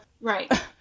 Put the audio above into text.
right